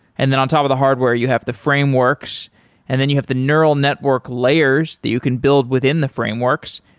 and then on top of the hardware, you have the frameworks and then you have the neural network layers that you can build within the frameworks.